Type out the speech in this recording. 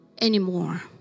anymore